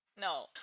No